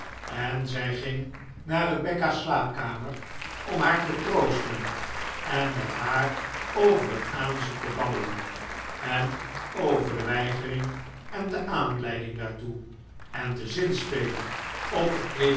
en zij ging naar rebecca's slaapkamer om haar te troosten en met haar over het aanzoek te babbelen en over de weigering en de aanleiding daartoe en te zinspelen op de